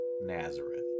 Nazareth